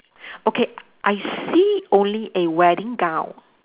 okay I see only a wedding gown